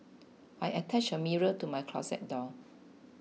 I attached a mirror to my closet door